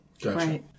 Gotcha